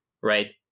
right